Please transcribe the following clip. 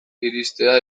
iristea